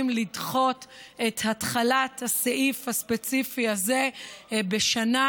לדחות את התחלת הסעיף הספציפי הזה בשנה,